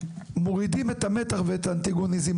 מורידים את המתח ואת האנטגוניזם,